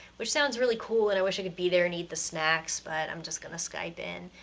which sounds really cool and i wish i could be there and eat the snacks, but i'm just gonna skype in.